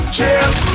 Cheers